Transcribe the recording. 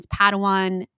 Padawan